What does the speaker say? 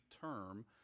term